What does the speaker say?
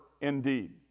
indeed